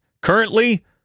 Currently